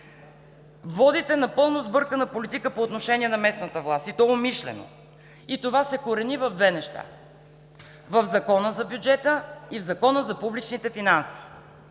Водите напълно сбъркана политика по отношение на местната власт, и то умишлено. И това се корени в две неща – в Закона за бюджета и в Закона за публичните финанси.